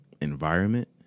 environment